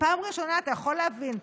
פעם ראשונה אתה יכול להבין,